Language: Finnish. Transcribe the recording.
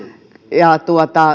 ja